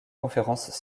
conférences